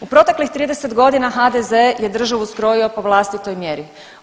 U proteklih 30 godina HDZ je državu skrojio po vlastitoj mjeri.